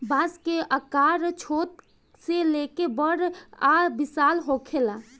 बांस के आकर छोट से लेके बड़ आ विशाल होखेला